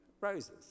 roses